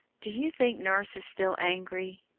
do you think nurse is still angry?